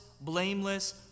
blameless